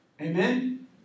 Amen